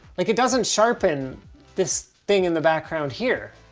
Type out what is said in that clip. like, it doesn't sharpen this thing in the background here.